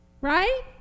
Right